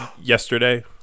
Yesterday